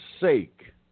sake